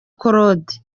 claude